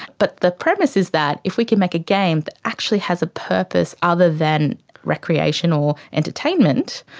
but the premise is that if we can make a game that actually has a purpose other than recreation or entertainment,